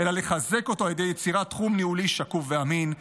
אלא לחזק אותו על ידי יצירת תחום ניהולי שקוף ואמין.